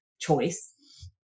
choice